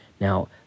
Now